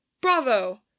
bravo